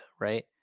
right